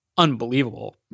unbelievable